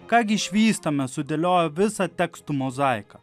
ką gi išvystame sudėlioję visą tekstų mozaiką